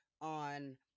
on